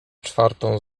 czwartą